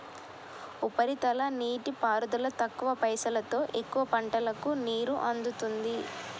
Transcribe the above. ఉపరితల నీటిపారుదల తక్కువ పైసలోతో ఎక్కువ పంటలకు నీరు అందుతుంది